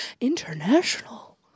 international